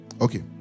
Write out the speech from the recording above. Okay